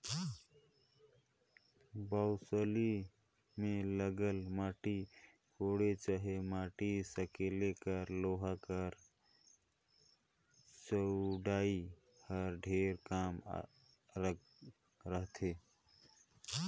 बउसली मे लगल माटी कोड़े चहे माटी सकेले कर लोहा कर चउड़ई हर ढेरे कम रहथे